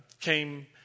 came